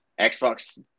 Xbox